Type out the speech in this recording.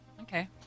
Okay